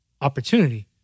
opportunity